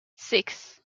six